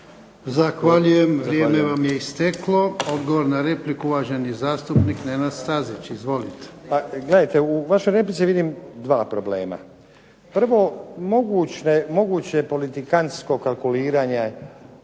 Zahvaljujem. Vrijeme vam je isteklo. Odgovor na repliku, uvaženi zastupnik Nenad Stazić. Izvolite. **Stazić, Nenad (SDP)** Pa gledajte u vašoj replici vidim 2 problema. Prvo, moguće politikantsko kalkuliranje